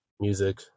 music